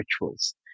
rituals